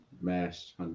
Mashed